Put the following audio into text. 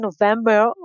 November